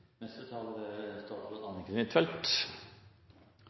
neste taler er